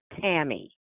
Tammy